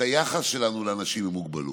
את היחס שלנו לאנשים עם מוגבלות.